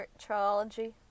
trilogy